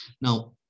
Now